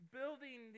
building